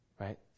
Right